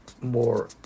more